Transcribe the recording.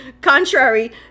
contrary